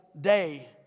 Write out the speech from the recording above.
day